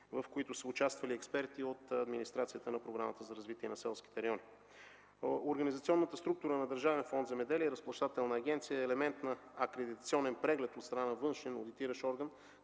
в които са участвали експерти от администрацията на Програмата за развитие на селските райони. Организационна структура на Държавен фонд „Земеделие”. Разплащателната агенция е елемент на акредитационен преглед от страна на външен отиращ орган,